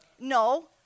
No